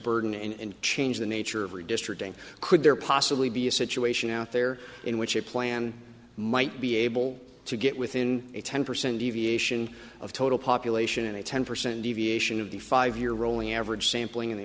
burden and change the nature of redistricting could there possibly be a situation out there in which a plan might be able to get within a ten percent deviation of total population and a ten percent deviation of the five year rolling average sampling in the